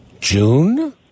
June